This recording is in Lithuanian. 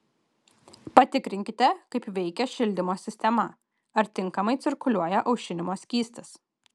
patikrinkite kaip veikia šildymo sistema ar tinkamai cirkuliuoja aušinimo skystis